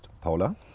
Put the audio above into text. Paula